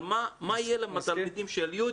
על מה יהיה עם התלמידים של י',